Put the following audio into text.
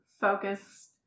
focus